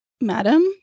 Madam